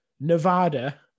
Nevada